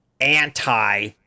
anti